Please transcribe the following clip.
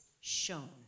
shown